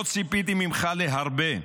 לא ציפיתי ממך להרבה.